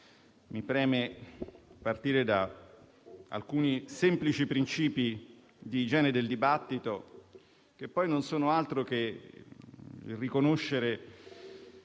mi preme partire da alcuni semplici principi di igiene del dibattito, che poi non sono altro che il riconoscere